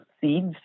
seeds